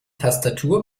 tastatur